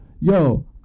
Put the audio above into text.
Yo